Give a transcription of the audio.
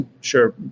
sure